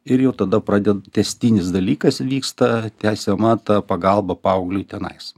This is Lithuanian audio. ir jau tada pradeda tęstinis dalykas vyksta tęsiama ta pagalba paaugliui tenais